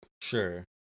sure